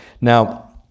Now